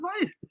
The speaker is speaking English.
life